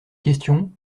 questions